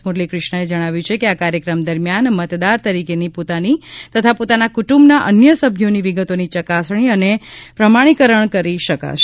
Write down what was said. મૂરલીક્રિષ્નાએ જણાવ્યૂં કે આ કાર્યક્રમ દરમિયાન મતદાર તરીકેની પોતાની તથા પોતાના કુટુંબના અન્ય સભ્યોની વિગતોની ચકાસણી અને પ્રમાણીકરણ કરી શકશે